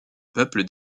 peuple